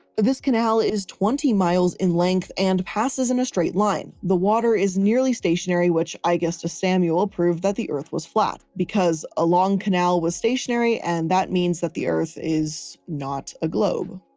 this canal is twenty miles in length and passes in a straight line. the water is nearly stationary, which i guess to samuel proved that the earth was flat. because a long canal was stationary, and that means that the earth is not a globe.